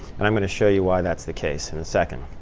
and i'm going to show you why that's the case in a second.